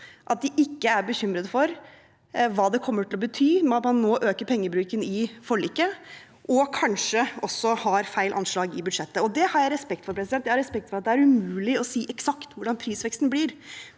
at de ikke er bekymret for hva det kommer til å bety at man nå øker pengebruken i forliket og kanskje også har feil anslag i budsjettet. Det har jeg respekt for. Jeg har respekt for at det er umulig å si eksakt hvordan prisveksten blir,